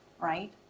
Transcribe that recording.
right